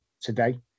today